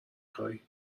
خوایی